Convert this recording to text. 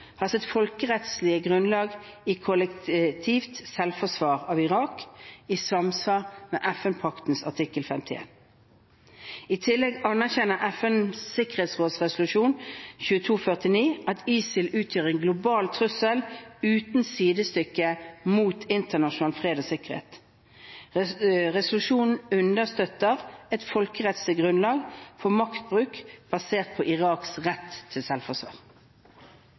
har sitt folkerettslige grunnlag i kollektivt selvforsvar av Irak, i samsvar med FN-paktens artikkel 51. I tillegg anerkjenner FNs sikkerhetsrådsresolusjon 2249 at ISIL utgjør en global trussel uten sidestykke mot internasjonal fred og sikkerhet. Resolusjonen understøtter et folkerettslig grunnlag for maktbruk basert på Iraks rett til selvforsvar.